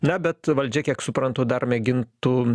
na bet valdžia kiek suprantu dar mėgintų